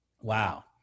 Wow